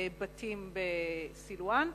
בתים בסילואן.